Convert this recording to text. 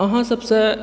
अहाँ सबसँ